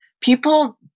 People